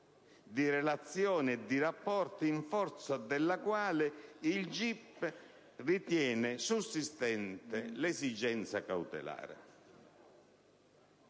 di relazioni e di rapporti in forza della quale il GIP ritiene sussistente l'esigenza cautelare.